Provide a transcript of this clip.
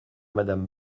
madame